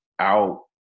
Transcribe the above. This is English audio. out